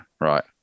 Right